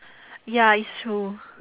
ya it's true